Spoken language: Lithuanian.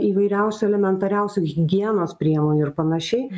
įvairiausių elementariausių higienos priemonių ir panašiai